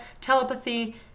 telepathy